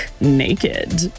naked